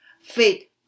fit